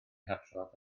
hadrodd